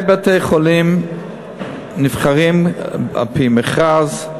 מנהלי בתי-החולים נבחרים על-פי מכרז של